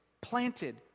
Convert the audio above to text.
Planted